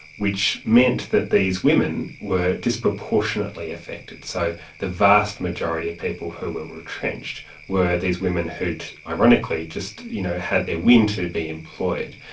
which meant that these women were disproportionately affected. so the vast majority of people who were retrenched were these women who'd, ironically, just you know had their win to be employed.